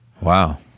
wow